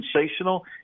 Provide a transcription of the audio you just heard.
sensational